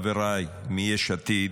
חבריי מיש עתיד,